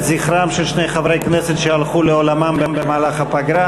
זכרם של שני חברי כנסת שהלכו לעולמם במהלך הפגרה,